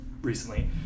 recently